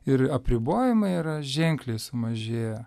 ir apribojimai yra ženkliai sumažėję